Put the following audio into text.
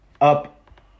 up